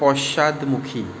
পশ্চাদমুখী